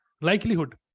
Likelihood